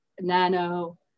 nano